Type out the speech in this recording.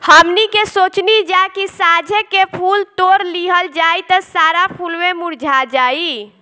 हमनी के सोचनी जा की साझे के फूल तोड़ लिहल जाइ त सारा फुलवे मुरझा जाइ